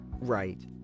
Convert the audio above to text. right